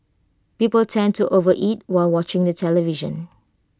people tend to overeat while watching the television